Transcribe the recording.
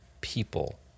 people